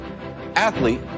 athlete